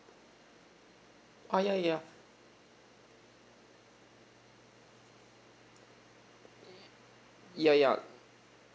orh ya ya ya ya